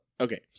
Okay